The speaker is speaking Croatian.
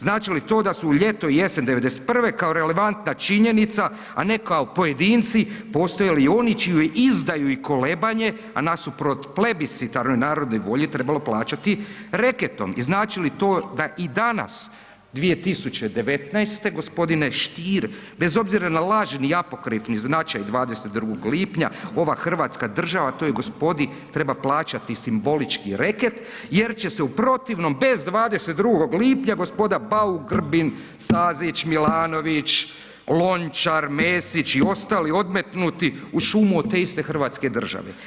Znači li to da u ljeto-jesen '91. kao relevantna činjenica, a ne kao pojedinci postojali i oni čiju izdaju i kolebanje, a nasuprot plebiscitarnoj narodnoj volji trebalo plaćati reketom i znači li to da i danas 2019. gospodine Stier bez obzira na lažni i apokrifni značaj 22. lipnja ova Hrvatska država toj gospodi treba plaćati simbolički reket jer će se u protivnom bez 22. lipnja gospoda Bauk, Grbin, Stazić, Milanović, Lončar, Mesić i ostali odmetnuti u šumu od te iste Hrvatske države?